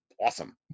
awesome